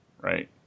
right